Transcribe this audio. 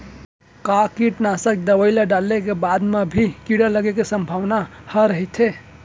का कीटनाशक दवई ल डाले के बाद म भी कीड़ा लगे के संभावना ह रइथे?